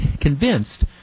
convinced